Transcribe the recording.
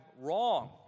wrong